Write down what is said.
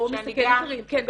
או מסכן אחרים, כן.